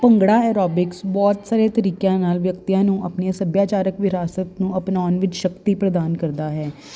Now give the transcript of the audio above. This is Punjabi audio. ਭੰਗੜਾ ਐਰੋਬਿਕਸ ਬਹੁਤ ਸਾਰੇ ਤਰੀਕਿਆਂ ਨਾਲ ਵਿਅਕਤੀਆਂ ਨੂੰ ਆਪਣੀਆਂ ਸੱਭਿਆਚਾਰਕ ਵਿਰਾਸਤ ਨੂੰ ਅਪਣਾਉਣ ਵਿੱਚ ਸ਼ਕਤੀ ਪ੍ਰਦਾਨ ਕਰਦਾ ਹੈ